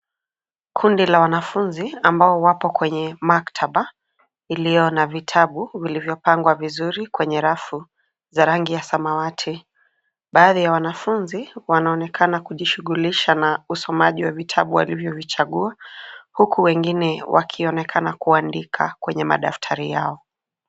Kundi la wanafunzi ambao wapo kwenye maktaba iliyo na vitabu viliyopangwa vizuri kwenye rafu za rangi ya samawati. Baadhi ya wanafunzi, wanaonekana kujishughulisha na usomaji wa vitabu walivyo vichagua, huku wengine wakionekana kuandika kwenye madaftari yao.